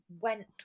went